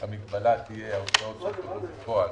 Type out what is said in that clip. המגבלה תהיה ההוצאות שהוצאו בפועל